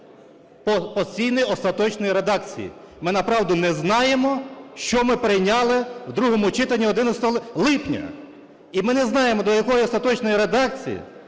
постійної остаточної редакції. Ми направду не знаємо, що ми прийняли у другому читанні 11 липня, і ми не знаємо, до якої остаточної редакції